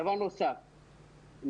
דבר נוסף,